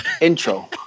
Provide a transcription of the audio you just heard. intro